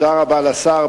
תודה רבה לשר.